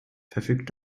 verfügt